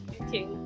Okay